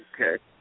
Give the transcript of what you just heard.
Okay